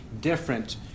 different